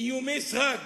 איומי סרק.